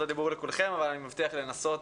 הדיבור לכולכם אבל אני מבטיח לנסות